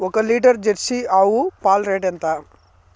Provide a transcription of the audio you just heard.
ఒక litre Jersey ఆవు పాలు రేటు ఎంత?